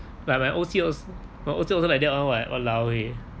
but my O_C als~ my O_C also like that [one] [what] !walao! eh